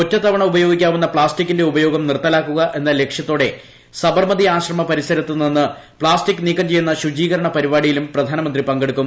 ഒറ്റത്തവണ ഉപയോഗിക്കാവുന്ന പ്താസ്റ്റിക്കിന്റെ ഉപയോഗം നിർത്തലാക്കുക എന്ന ലക്ഷ്യത്തോടെ സബർമതി ആശ്രമ പരിസരത്ത് നിന്ന് പ്ലാസ്റ്റിക്ക് നീക്കം ചെയ്യുന്ന ശുചീകരണ പരിപാടിയിലും പ്രധാനമന്ത്രി പങ്കെടുക്കും